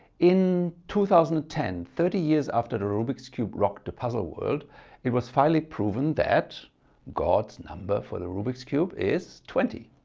in two thousand and ten, thirty years after the rubik's cube rocked the puzzle world it was finally proven that god's number for the rubik's cube is twenty.